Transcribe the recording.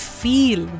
feel